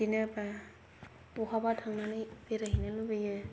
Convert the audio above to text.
बिदिनो बा बहाबा थांनानै बेरायहैनो लुबैयो